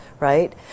right